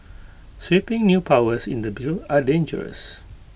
sweeping new powers in the bill are dangerous